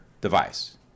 device